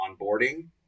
onboarding